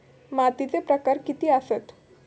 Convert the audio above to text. मातीचे प्रकार किती आसत?